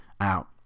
out